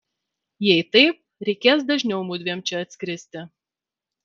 jei taip reikės dažniau mudviem čia atskristi